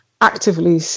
actively